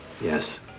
yes